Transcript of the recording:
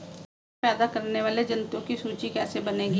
रेशम पैदा करने वाले जंतुओं की सूची कैसे बनेगी?